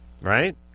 right